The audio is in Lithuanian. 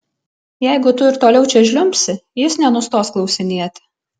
jeigu tu ir toliau čia žliumbsi jis nenustos klausinėti